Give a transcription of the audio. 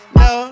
no